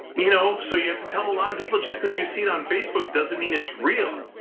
you know, so you have to tell a lot of people just because you see it on facebook doesn't mean it's real.